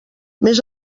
més